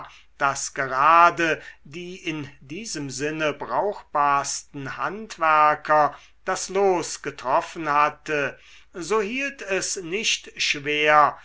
daß gerade die in diesem sinne brauchbarsten handwerker das los getroffen hatte so hielt es nicht schwer